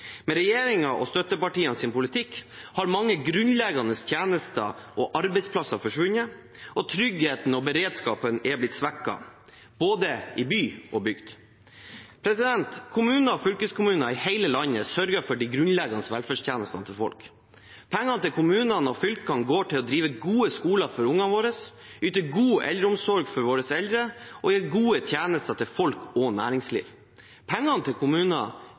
Med regjeringens og støttepartienes politikk har mange grunnleggende tjenester og arbeidsplasser forsvunnet, og tryggheten og beredskapen er blitt svekket, i både by og bygd. Kommuner og fylkeskommuner i hele landet sørger for de grunnleggende velferdstjenestene til folk. Pengene til kommunene og fylkene går til å drive gode skoler for barna våre, yte god eldreomsorg for våre eldre og gi gode tjenester til folk og næringsliv. Pengene til